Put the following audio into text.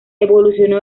evolucionó